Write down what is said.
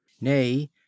nay